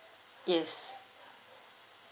yes